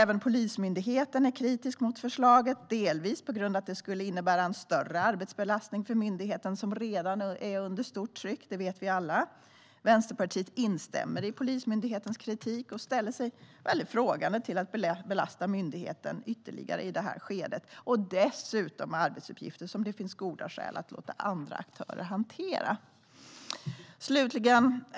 Även Polismyndigheten är kritisk mot förslaget, delvis på grund av att det skulle innebära en större arbetsbelastning för myndigheten, som redan är under stort tryck. Det vet vi alla. Vänsterpartiet instämmer i Polismyndighetens kritik och ställer sig frågande till att belasta myndigheten ytterligare i detta skede, dessutom med arbetsuppgifter som det finns goda skäl att låta andra aktörer hantera.